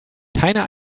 keiner